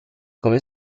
come